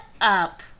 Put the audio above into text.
up